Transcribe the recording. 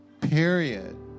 Period